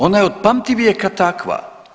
Ona je od pamtivijeka takva.